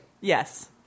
yes